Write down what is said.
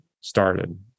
started